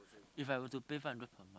If I were to pay five hundred per month